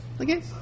Okay